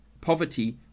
poverty